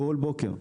כל בוקר.